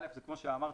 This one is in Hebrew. כמו שאמרתי,